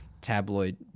tabloid